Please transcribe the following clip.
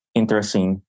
interesting